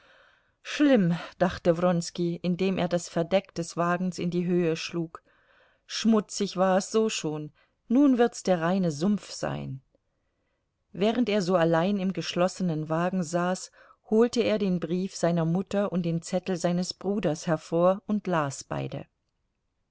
schlimm dachte wronski indem er das verdeck des wagens in die höhe schlug schmutzig war es so schon nun wird's der reine sumpf sein während er so allein im geschlossenen wagen saß holte er den brief seiner mutter und den zettel seines bruders hervor und las beide